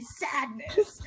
sadness